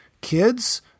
kids